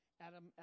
Adam